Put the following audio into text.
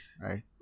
right